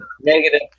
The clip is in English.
Negative